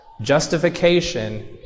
justification